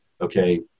Okay